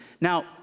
Now